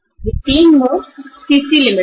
यह तीन mode CC limit है